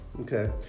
Okay